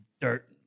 dirt